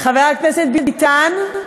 חבר הכנסת ביטן,